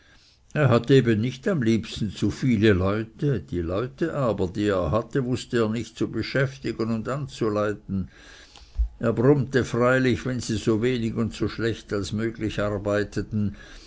er hatte eben nicht am liebsten zu viele leute die leute aber die er hatte wußte er nicht zu beschäftigen und anzuleiten er brummte freilich wenn sie so wenig und so schlecht als möglich arbeiteten